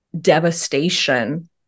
devastation